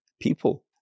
people